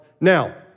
Now